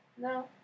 No